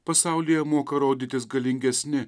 pasaulyje moka rodytis galingesni